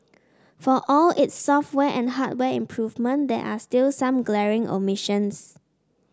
for all its software and hardware improvement there are still some glaring omissions